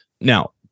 Now